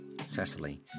Cecily